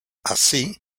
así